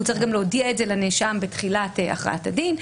הוא צריך גם להודיע את זה לנאשם בתחילת הכרעת הדין.